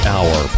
Hour